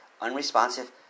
Unresponsive